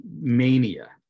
mania